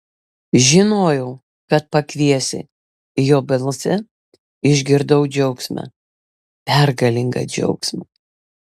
žinojau kad pakviesi jo balse išgirdau džiaugsmą pergalingą džiaugsmą